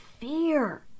fear